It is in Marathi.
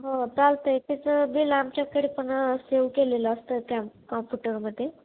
हो चालतंय तेचं बिल आमच्याकडे पण सेव केलेलं असतं त्या कम्पुटरमध्ये